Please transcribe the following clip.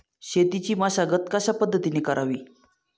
शेतीची मशागत कशापद्धतीने करावी?